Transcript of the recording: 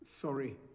Sorry